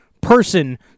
person